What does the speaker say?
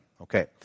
Okay